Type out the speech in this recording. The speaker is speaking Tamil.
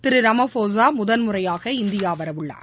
திரு ராமபோஸா முதன்முறையாக இந்தியா வரவுள்ளார்